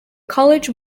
college